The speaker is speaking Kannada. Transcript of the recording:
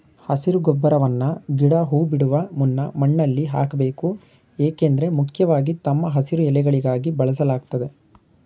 ಹಸಿರು ಗೊಬ್ಬರವನ್ನ ಗಿಡ ಹೂ ಬಿಡುವ ಮುನ್ನ ಮಣ್ಣಲ್ಲಿ ಹಾಕ್ಬೇಕು ಏಕೆಂದ್ರೆ ಮುಖ್ಯವಾಗಿ ತಮ್ಮ ಹಸಿರು ಎಲೆಗಳಿಗಾಗಿ ಬೆಳೆಸಲಾಗ್ತದೆ